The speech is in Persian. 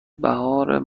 بهار